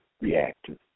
Reactive